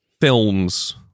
Films